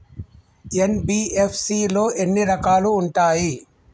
NBFC లో ఎన్ని రకాలు ఉంటాయి?